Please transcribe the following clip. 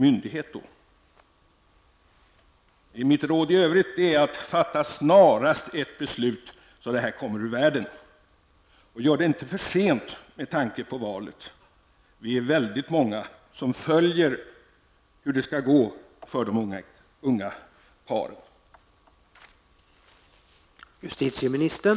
Mitt råd i övrigt är att regeringen snarast bör fatta ett beslut, så att detta kommer ur världen. Gör det inte för sent, med tanke på valet. Vi är väldigt många som följer hur det skall gå för de unga paren.